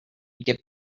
get